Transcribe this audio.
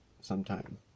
Sometime